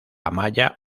amaya